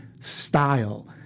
style